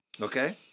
Okay